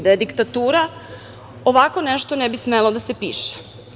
Da je diktatura, ovako nešto ne bi smelo da se piše.